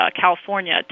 California